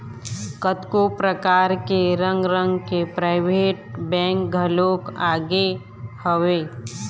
कतको परकार के रंग रंग के पराइवेंट बेंक घलोक आगे हवय